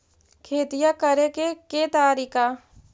खेतिया करेके के तारिका?